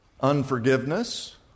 unforgiveness